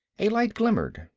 a light glimmered.